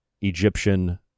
Egyptian